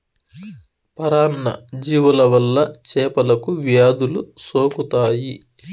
పరాన్న జీవుల వల్ల చేపలకు వ్యాధులు సోకుతాయి